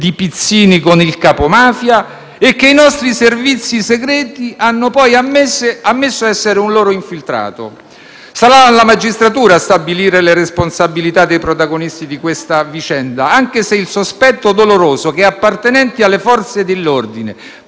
di pizzini con il capomafia e che i nostri servizi segreti hanno poi ammesso essere un loro infiltrato. Sarà la magistratura a stabilire le responsabilità dei protagonisti di questa vicenda, anche se il sospetto doloroso che appartenenti alle Forze dell'ordine